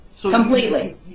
Completely